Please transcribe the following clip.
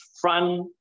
front